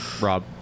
Rob